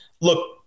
Look